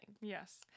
Yes